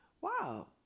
wow